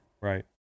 Right